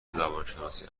زبانشناسی